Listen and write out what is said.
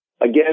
Again